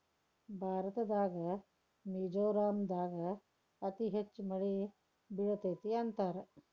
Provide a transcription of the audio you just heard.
ಭಾರತದಾಗ ಮಿಜೋರಾಂ ದಾಗ ಅತಿ ಹೆಚ್ಚ ಮಳಿ ಬೇಳತತಿ ಅಂತಾರ